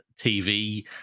TV